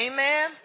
Amen